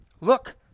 Look